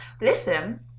Listen